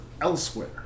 elsewhere